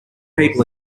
people